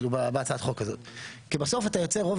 בהצעת החוק הזאת כי בסוף אתה יוצר רוב